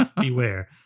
Beware